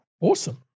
Awesome